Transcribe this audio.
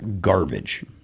garbage